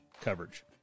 coverage